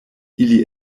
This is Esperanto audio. ili